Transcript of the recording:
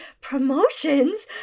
promotions